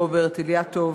רוברט אילטוב,